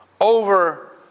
over